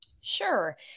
Sure